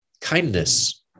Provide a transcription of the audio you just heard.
Kindness